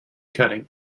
cutting